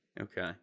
Okay